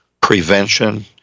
prevention